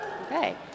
Okay